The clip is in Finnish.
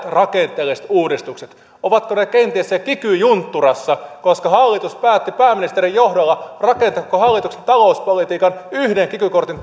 rakenteelliset uudistukset ovatko ne kenties siellä kiky juntturassa koska hallitus päätti pääministerin johdolla rakentaa koko hallituksen talouspolitiikan yhden kiky kortin